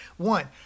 One